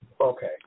Okay